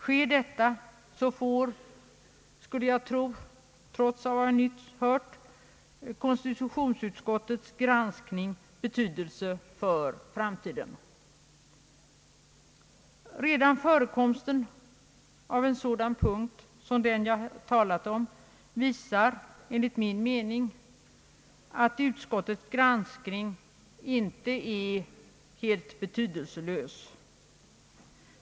Sker detta får — trots vad som nyss sagts — onekligen årets KU-granskning stor betydelse för framtiden. Redan förekomsten av en sådan punkt som den jag här talat om visar att utskottets granskning inte är helt betydelselös.